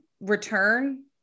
return